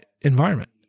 environment